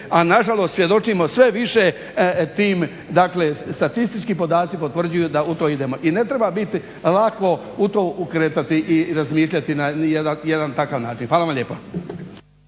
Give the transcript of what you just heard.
a nažalost svjedočimo sve više tim, dakle statistički podaci potvrđuju da u to idemo i ne treba biti lako u to kretati i razmišljati na jedan takav način. Hvala vam lijepo.